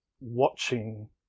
watching